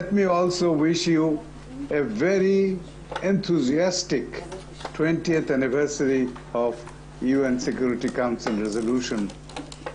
תרשו לי לאחל לכם עיסוק נלהב סביב החלטת האומות המאוחדות 1325,